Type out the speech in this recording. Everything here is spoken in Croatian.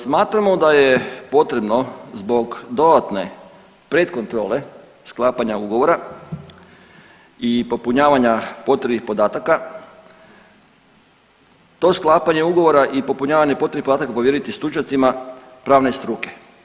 Smatramo da je potrebno zbog dodatne pred kontrole sklapanja ugovora i popunjavanja potrebnih podataka to sklapanje ugovora i popunjavanje potrebnih podataka povjeriti stručnjacima pravne struke.